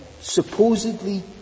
supposedly